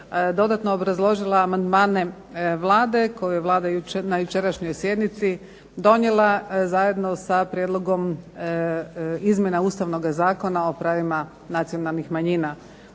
dodatno obrazložila amandmane Vlade koju je Vlada jučer, na jučerašnjoj sjednici donijela, zajedno sa prijedlogom izmjena ustavnoga Zakona o pravima nacionalnih manjina.